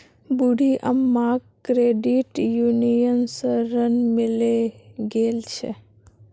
बूढ़ी अम्माक credit union स ऋण मिले गेल छ